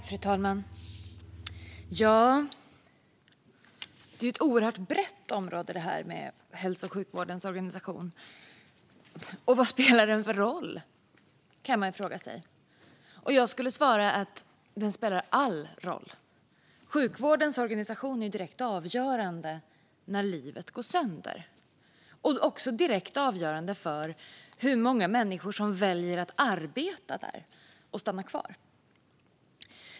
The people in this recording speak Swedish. Fru talman! Hälso och sjukvårdens organisation är ett oerhört brett område. Och vad spelar den för roll? Det kan man fråga sig. Jag skulle svara att den spelar all roll. Sjukvårdens organisation är direkt avgörande när livet går sönder och även direkt avgörande för hur många människor som väljer att arbeta där och stanna kvar.